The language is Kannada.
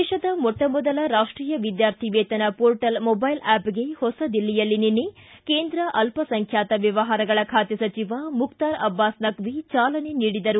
ದೇಶದ ಮೊಟ್ಟ ಮೊದಲ ರಾಷ್ಟೀಯ ವಿದ್ಯಾರ್ಥಿ ವೇತನ ಪೋರ್ಟ್ಲ್ ಮೊದೈಲ್ ಆಪ್ಗೆ ಹೊಸದಿಲ್ಲಿಯಲ್ಲಿ ನಿನ್ನೆ ಕೇಂದ್ರ ಅಲ್ಪಸಂಖ್ಯಾತ ವ್ಯವಹಾರಗಳ ಖಾತೆ ಸಚಿವ ಮುಖ್ತಾರ್ ಅಬ್ಬಾಸ್ ನಖ್ವಿ ಚಾಲನೆ ನೀಡಿದರು